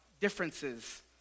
differences